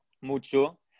mucho